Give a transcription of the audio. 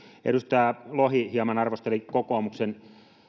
edustaja lohi hieman arvosteli kokoomuksen